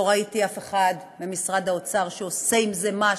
לא ראיתי אף אחד ממשרד האוצר שעושה עם זה משהו,